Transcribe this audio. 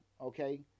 Okay